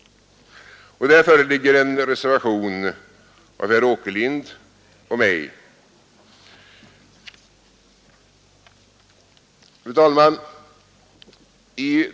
Där föreligger en reservation av herr Åkerlind och mig. Fru talman!